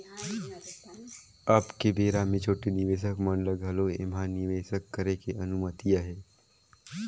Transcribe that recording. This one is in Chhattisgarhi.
अब के बेरा मे छोटे निवेसक मन ल घलो ऐम्हा निवेसक करे के अनुमति अहे